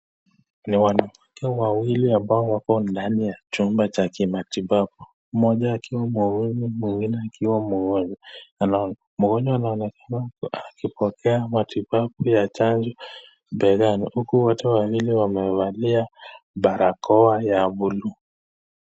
Ni wanawake wawili ambao wako ndani ya chumba cha kimatibabu. Moja akiwa mwuguzi mwingine akiwa mgonjwa. Mgponjwa anaonekana akipokea matibabu ya chanjo begani huku wote wawili wamevalia barakoa ya buluu.